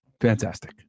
Fantastic